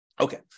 Okay